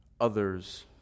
others